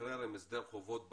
להשתחרר עם הסדר חובות ברור,